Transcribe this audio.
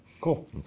Cool